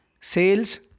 Sales